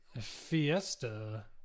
Fiesta